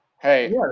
Hey